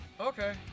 Okay